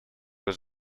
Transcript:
was